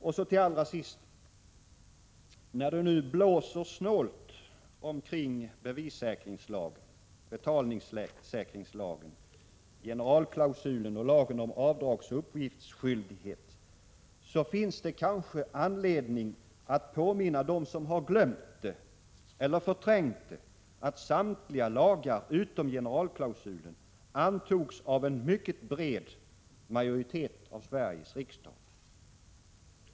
Och allra sist: När det nu blåser snålt omkring bevissäkringslagen, betalningssäkringslagen, generalklausulen och lagen om avdragsoch uppgiftsskyldighet finns det kanske anledning att påminna dem som glömt det eller förträngt det, att samtliga lagar utom generalklausulen antogs av en mycket bred majoritet av Sveriges riksdag.